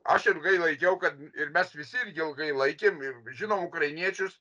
aš ilgai laikiau kad ir mes visi irgi ilgai laikėm ir žinom ukrainiečius